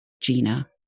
Gina